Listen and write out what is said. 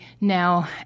now